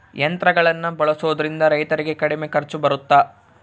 ಯಂತ್ರಗಳನ್ನ ಬಳಸೊದ್ರಿಂದ ರೈತರಿಗೆ ಕಡಿಮೆ ಖರ್ಚು ಬರುತ್ತಾ?